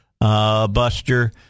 Buster